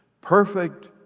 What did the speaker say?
perfect